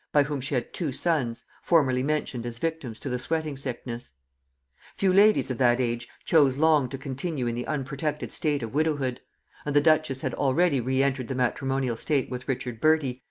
by whom she had two sons, formerly mentioned as victims to the sweating-sickness. few ladies of that age chose long to continue in the unprotected state of widowhood and the duchess had already re-entered the matrimonial state with richard bertie,